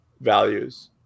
values